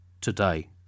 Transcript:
today